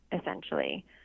essentially